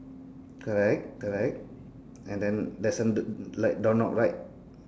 correct correct and then there's a the like door knob right